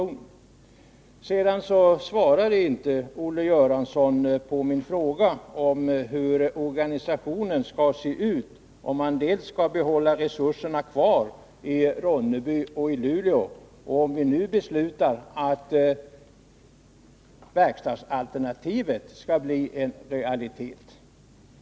Olle Göransson svarade inte på min fråga om hur organisationen skall se ut, om vi dels skall behålla resurserna i Ronneby och Luleå, dels nu besluta att verkstadsalternativet skall bli realitet.